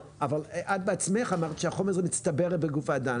אבל את בעצמך אמרת שהחומר הזה מצטבר בגוף האדם.